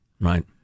Right